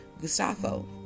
Gustavo